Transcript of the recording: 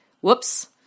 whoops